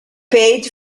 paid